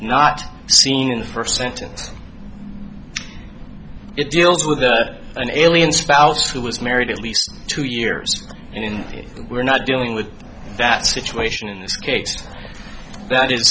not seen in the first sentence it deals with an alien spouse who was married at least two years in we're not dealing with that situation in this case that is